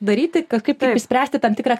daryti kažkaip išspręsti tam tikrą